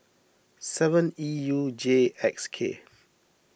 seven E U J X K